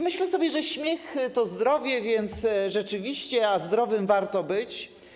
Myślę sobie, że śmiech to zdrowie, więc rzeczywiście zdrowym warto być.